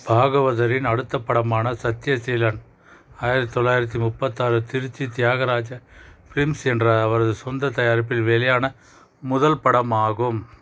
பாகவதரின் அடுத்தப் படமான சத்யசீலன் ஆயிரத்தி தொள்ளாயிரத்தி முப்பத்தாறு திருச்சி தியாகராஜ ஃபிலிம்ஸ் என்ற அவரது சொந்தத் தயாரிப்பில் வெளியான முதல் படம் ஆகும்